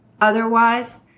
Otherwise